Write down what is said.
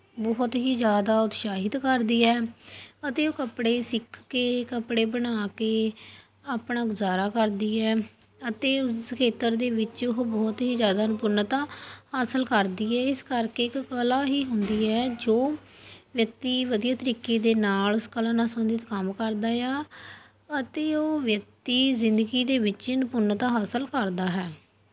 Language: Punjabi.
ਬਹੁਤ ਹੀ ਜ਼ਿਆਦਾ ਉਤਸ਼ਾਹਿਤ ਕਰਦੀ ਹੈ ਅਤੇ ਉਹ ਕੱਪੜੇ ਸਿੱਖ ਕੇ ਕੱਪੜੇ ਬਣਾ ਕੇ ਆਪਣਾ ਗੁਜ਼ਾਰਾ ਕਰਦੀ ਹੈ ਅਤੇ ਉਸ ਖੇਤਰ ਦੇ ਵਿੱਚ ਉਹ ਬਹੁਤ ਹੀ ਜ਼ਿਆਦਾ ਨਿਪੁੰਨਤਾ ਹਾਸਲ ਕਰਦੀ ਹੈ ਇਸ ਕਰਕੇ ਕਿ ਕਲਾ ਹੀ ਹੁੰਦੀ ਹੈ ਜੋ ਵਿਅਕਤੀ ਵਧੀਆ ਤਰੀਕੇ ਦੇ ਨਾਲ ਉਸ ਕਲਾ ਨਾਲ ਸੰਬੰਧਿਤ ਕੰਮ ਕਰਦਾ ਆ ਅਤੇ ਉਹ ਵਿਅਕਤੀ ਜ਼ਿੰਦਗੀ ਦੇ ਵਿੱਚ ਨਿਪੁੰਨਤਾ ਹਾਸਲ ਕਰਦਾ ਹੈ